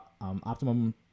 optimum